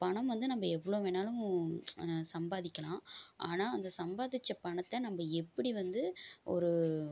பணம் வந்து நம்ப எவ்வளோ வேணாலும் சம்பாதிக்கலாம் ஆனால் அந்த சம்பாதிச்ச பணத்தை நம்ம எப்படி வந்து ஒரு